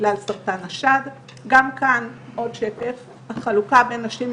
בסרטן השד זה לא סיכון בכל קבוצת גיל,